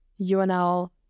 unl